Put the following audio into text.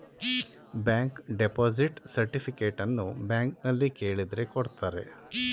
bank deposit ಸರ್ಟಿಫಿಕೇಟನ್ನು ಬ್ಯಾಂಕ್ನಲ್ಲಿ ಕೇಳಿದ್ರೆ ಕೊಡ್ತಾರೆ